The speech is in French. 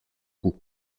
coup